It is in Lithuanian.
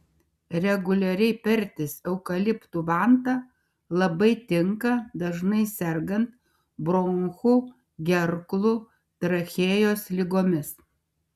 reguliariai pertis eukaliptų vanta labai tinka dažnai sergant bronchų gerklų trachėjos ligomis